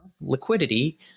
liquidity